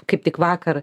kaip tik vakar